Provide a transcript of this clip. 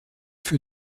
für